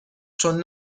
چون